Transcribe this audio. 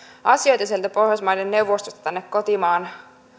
asioita sieltä pohjoismaiden neuvostosta tänne kotimaan